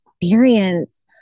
experience